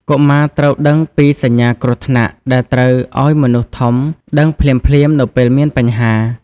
កុមារត្រូវដឹងពី សញ្ញាគ្រោះថ្នាក់ ដែលត្រូវឱ្យមនុស្សធំដឹងភ្លាមៗនៅពេលមានបញ្ហា។